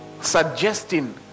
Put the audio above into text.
suggesting